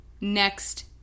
Next